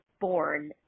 born